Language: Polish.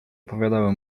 opowiadały